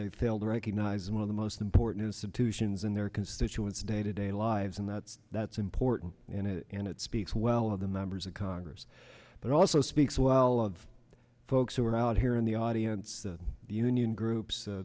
they failed to recognize one of the most important institutions in their constituents day to day lives and that's that's important in it and it speaks well of the members of congress but also speaks well of folks who are out here in the audience the union groups